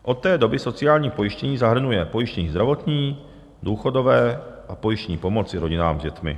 Od té doby sociální pojištění zahrnuje pojištění zdravotní, důchodové a pojištění pomoci rodinám s dětmi.